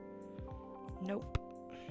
Nope